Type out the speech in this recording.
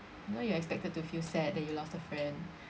you know you expected to feel sad that you lost a friend